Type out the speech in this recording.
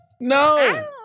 no